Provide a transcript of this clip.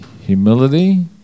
humility